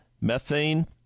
methane